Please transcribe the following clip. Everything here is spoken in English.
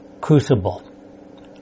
Crucible